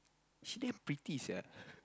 she damn pretty sia